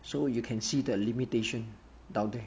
so you can see the limitation down there